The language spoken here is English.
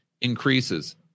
increases